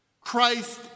Christ